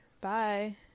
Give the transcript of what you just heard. bye